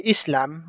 Islam